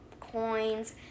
coins